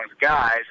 guys